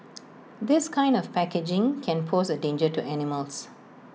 this kind of packaging can pose A danger to animals